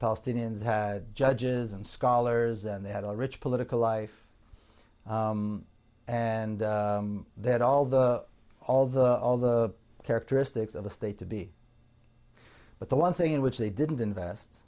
palestinians had judges and scholars and they had a rich political life and they had all the all the all the characteristics of the state to be but the one thing which they didn't invest